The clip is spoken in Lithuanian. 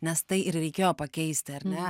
nes tai ir reikėjo pakeisti ar ne